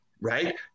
Right